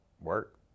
work